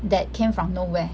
that came from nowhere